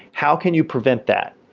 how can you prevent that?